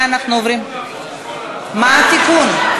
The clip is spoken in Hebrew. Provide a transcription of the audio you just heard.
מה התיקון?